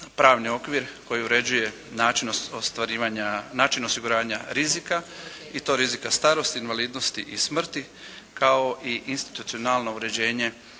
pravni okvir koji uređuje način ostvarivanja, način osiguranja rizika i to rizika starosti, invalidnosti i smrti kao i institucionalno uređenje